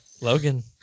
Logan